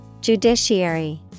Judiciary